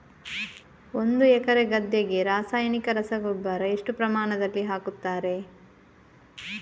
ಒಂದು ಎಕರೆ ಗದ್ದೆಗೆ ರಾಸಾಯನಿಕ ರಸಗೊಬ್ಬರ ಎಷ್ಟು ಪ್ರಮಾಣದಲ್ಲಿ ಹಾಕುತ್ತಾರೆ?